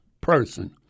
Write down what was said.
person